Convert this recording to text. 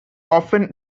often